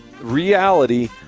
reality